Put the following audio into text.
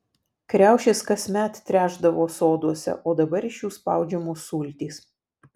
kriaušės kasmet trešdavo soduose o dabar iš jų spaudžiamos sultys